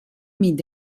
mit